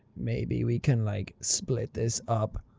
maybe we can like, split this up.